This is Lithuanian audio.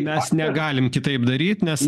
mes negalim kitaip daryt nes